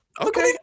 Okay